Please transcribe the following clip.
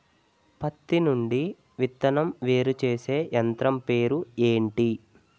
పత్తి నుండి విత్తనం వేరుచేసే యంత్రం పేరు ఏంటి